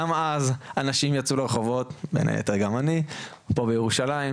גם אז אנשים יצאו לרחובות ובין היתר גם אני פה בירושלים,